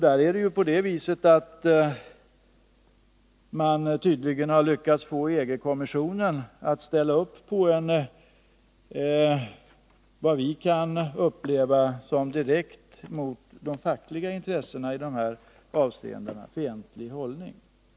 Där har man tydligen lyckats få EG-kommissionen att inta vad vi upplever som en mot de fackliga intressena direkt fientlig hållning i de här avseendena.